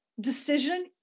decision